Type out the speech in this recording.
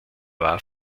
war